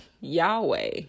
Yahweh